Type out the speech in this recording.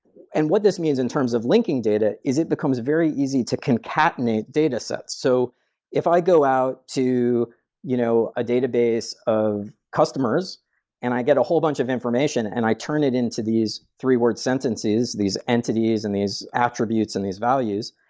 what this means in terms of linking data is it becomes very easy to concatenate datasets. so if i go out to you know a database of customers and i get a whole bunch of information and i turn it into these three word sentences, these entities, and these attributes, and these values,